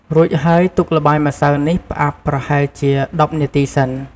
រួចហើយ ទុកល្បាយម្សៅនេះផ្អាប់ប្រហែលជា ១០ នាទី សិន។